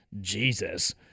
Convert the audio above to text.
Jesus